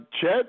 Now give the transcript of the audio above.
Chet